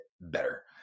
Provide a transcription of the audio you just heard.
better